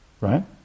Right